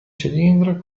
cilindro